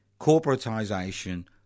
corporatisation